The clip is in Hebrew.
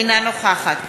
אינה נוכחת